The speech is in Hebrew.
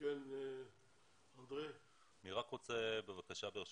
אני רק רוצה, בבקשה, ברשותך,